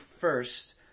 first